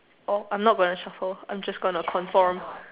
I'm not gonna shuffle I'm just gonna confirm